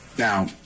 Now